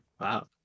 Wow